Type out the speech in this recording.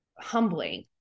humbling